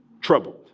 troubled